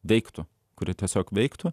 veiktų kuri tiesiog veiktų